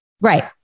Right